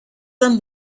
them